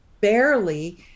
barely